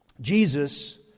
Jesus